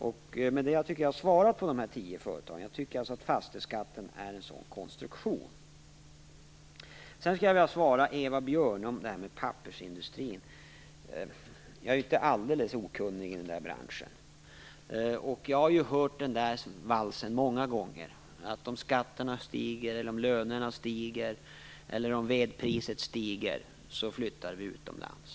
Med det tycker jag att jag har svarat på frågorna om de här tio företagen. Jag tycker att fastighetsskatten är en sådan konstruktion. Sedan skulle jag vilja svara på Eva Björnes frågor om pappersindustrin. Jag är inte alldeles okunnig i den branschen. Jag har hört den där valsen många gånger: Om skatterna stiger, om lönerna stiger eller om vedpriset stiger, flyttar vi utomlands.